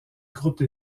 groupe